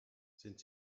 sind